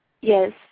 Yes